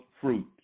fruit